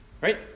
Right